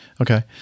Okay